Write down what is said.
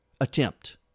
attempt